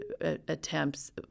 attempts